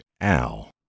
al